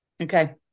Okay